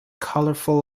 colourful